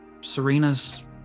Serena's